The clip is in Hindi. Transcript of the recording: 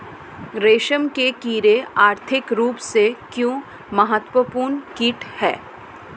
रेशम के कीड़े आर्थिक रूप से क्यों महत्वपूर्ण कीट हैं?